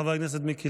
חבר הכנסת מיקי